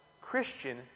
Christian